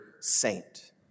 saint